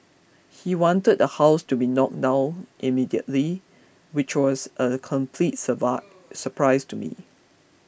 he wanted the house to be knocked down immediately which was a complete surprise to me